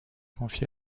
confié